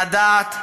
לדעת,